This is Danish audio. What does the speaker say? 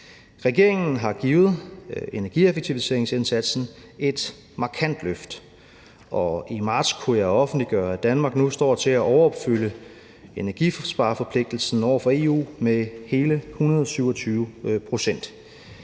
Regeringen har givet energieffektiviseringsindsatsen et markant løft, og i marts kunne jeg offentliggøre, at Danmark nu står til at overopfylde energispareforpligtelsen over for EU med hele 127 pct.